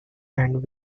and